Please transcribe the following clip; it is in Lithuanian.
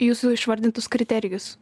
jūsų išvardintus kriterijus